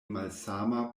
malsama